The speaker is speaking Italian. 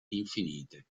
infinite